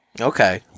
Okay